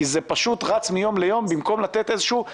כי זה פשוט רץ מיום ליום במקום לתת איזשהו,